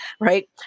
Right